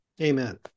Amen